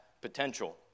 potential